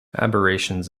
aberrations